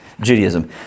Judaism